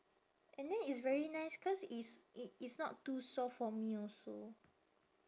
and then it's very nice cause it's it is not too soft for me also